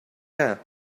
hair